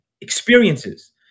experiences